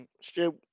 Stu